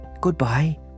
Goodbye